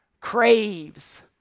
craves